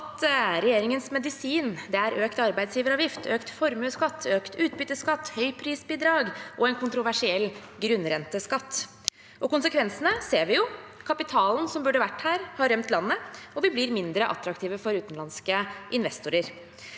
regjeringens medisin er økt arbeidsgiveravgift, økt formuesskatt, økt utbytteskatt, høyprisbidrag og en kontroversiell grunnrenteskatt. Konsekvensene ser vi jo: Kapitalen som burde ha vært her, har rømt landet, og vi blir mindre attraktive for utenlandske investorer.